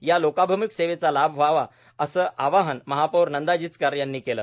या लोकाभिम्ख सेवेचा लाभ घ्यावा असं आवाहन महापौर नंदा जिचकार यांनी केलं